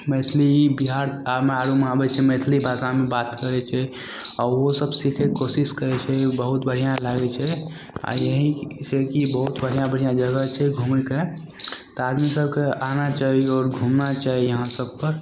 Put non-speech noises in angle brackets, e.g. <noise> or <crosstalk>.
मैथिली बिहार <unintelligible> आबय छै मैथिली भाषामे बात करय छै आओर उहो सभ सिखयके कोशिश करय छै बहुत बढ़िआँ लागय छै आओर एहिसँ कि बहुत बढ़िआँ बढ़िआँ जगह छै घुमयके तऽ आदमी सभके आना चाही आओर घूमना चाही इहाँ सभपर